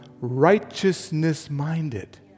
righteousness-minded